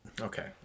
okay